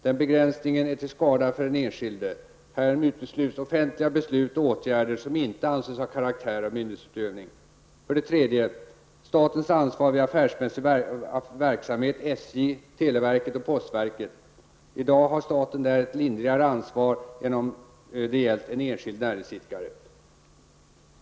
Den begränsningen är till skada för den enskilde. Härmed utesluts offentliga beslut och åtgärder som inte anses ha karaktär av myndighetsutövning. Den tredje punkten handlar om statens ansvar vid affärsmässig verksamhet, vilket berör t.ex. SJ, televerket och postverket. I dag har staten på detta område ett lindrigare ansvar än vad enskilda näringsidkare skulle ha haft.